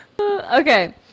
Okay